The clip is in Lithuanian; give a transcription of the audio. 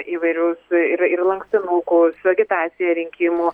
įvairius ir ir lankstinukų su agitacija rinkimų